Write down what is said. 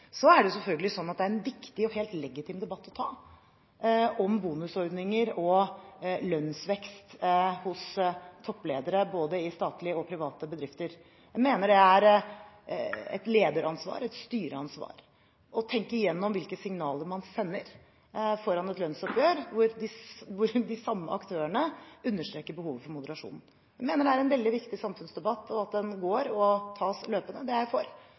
Så er det selvfølgelig slik at det er en viktig og helt legitim debatt å ta om bonusordninger og lønnsvekst hos toppledere både i statlige og i private bedrifter. Jeg mener det er et lederansvar, et styreansvar, å tenke gjennom hvilke signaler man sender foran et lønnsoppgjør, hvor de samme aktørene understreker behovet for moderasjon. Jeg mener det er en veldig viktig samfunnsdebatt, og at den går, og tas løpende, er jeg for.